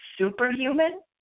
superhuman